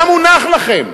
היה מונח לכם,